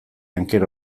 anker